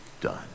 done